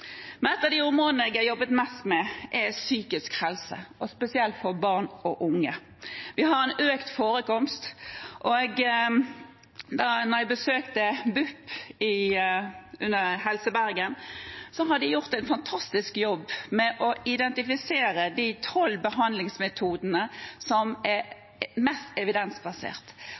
Et av de områdene jeg har jobbet mest med, er psykisk helse, og spesielt for barn og unge. Vi har en økt forekomst. Jeg besøkte BUP i Helse Bergen, og de har gjort en fantastisk jobb med å identifisere de tolv behandlingsmetodene som er mest evidensbasert.